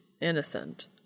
innocent